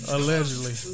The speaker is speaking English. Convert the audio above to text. Allegedly